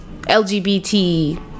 LGBT